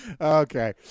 Okay